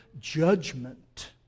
judgment